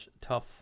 tough